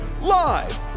Live